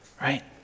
right